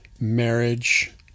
marriage